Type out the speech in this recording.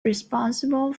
responsible